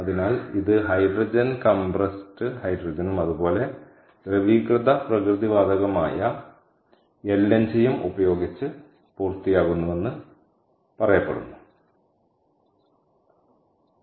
അതിനാൽ ഇത് hydrogen compressed ഹൈഡ്രജനും അതുപോലെ ദ്രവീകൃത പ്രകൃതി വാതകമായ എൽഎൻജിയും ഉപയോഗിച്ച് പൂർത്തിയാകുന്നുവെന്ന് ഞങ്ങളോട് പറയപ്പെടുന്നു